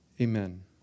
Amen